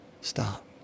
stop